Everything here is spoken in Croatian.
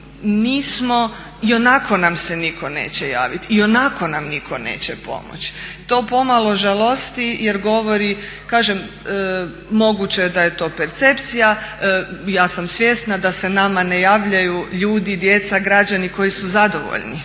ionako nam se nitko neće javiti, ionako nam nitko neće pomoći. To pomalo žalosti jer govori, kažem moguće je da je to percepcija. Ja sam svjesna da se nama ne javljaju ljudi, djeca, građani koji su zadovoljni,